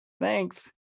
thanks